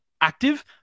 active